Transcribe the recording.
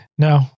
no